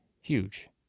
huge